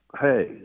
hey